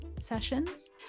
sessions